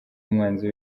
umwanzi